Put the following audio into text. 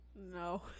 No